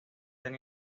tan